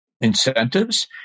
incentives